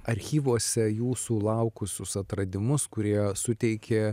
archyvuose jūsų laukusius atradimus kurie suteikė